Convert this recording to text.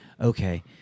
Okay